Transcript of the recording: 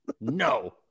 No